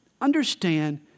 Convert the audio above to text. Understand